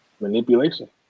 Manipulation